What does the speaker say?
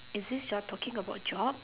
is this you're talking about job